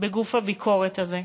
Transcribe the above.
בגוף הביקורת הזה,